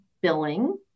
billing